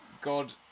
God